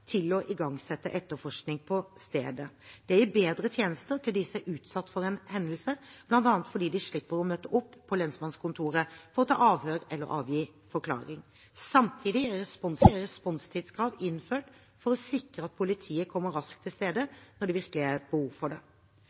til å igangsette etterforskning på stedet. Det gir bedre tjenester til dem som er utsatt for en hendelse, bl.a. fordi de slipper å møte opp på lensmannskontoret for å ta avhør eller avgi forklaring. Samtidig er responstidskrav innført for å sikre at politiet kommer raskt til stedet når det virkelig er behov for det.